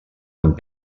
amb